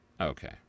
Okay